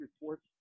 reports